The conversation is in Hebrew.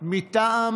מטעם